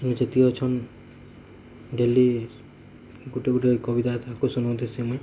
ଆଉ ଯେତିକି ଅଛନ୍ ଡେଲି ଗୁଟେ ଗୁଟେ କବିତା ତାକୁ ଶୁଣୋଉଥୁସୁ ମୁଁ